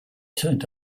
turned